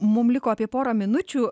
mum liko apie porą minučių